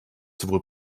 sowohl